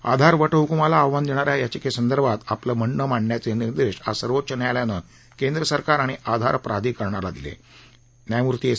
आधार वटहुकूमाला आव्हान दण्ण या याचिक्सिदर्भात आपलं म्हणणं मांडण्याचातिर्देश आज सर्वोच्च न्यायालयानं केंद्र सरकार आणि आधार प्राधिकरणाला दिल पुस